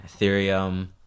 Ethereum